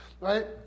Right